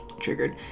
triggered